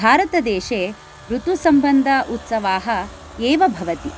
भारतदेशे ऋतुसम्बन्ध उत्सवाः एव भवति